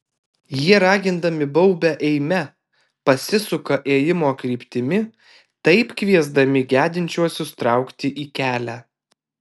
jie ragindami baubia eime pasisuka ėjimo kryptimi taip kviesdami gedinčiuosius traukti į kelią